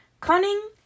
cunning